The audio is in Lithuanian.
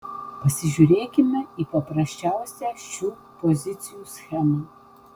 pasižiūrėkime į paprasčiausią šių pozicijų schemą